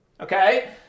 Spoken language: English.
Okay